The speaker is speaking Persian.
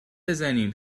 بزنیم